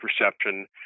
perception